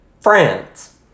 France